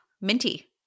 Minty